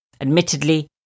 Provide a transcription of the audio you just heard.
Admittedly